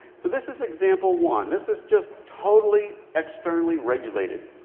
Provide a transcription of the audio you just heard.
so this is example one. this is just totally externally regulated.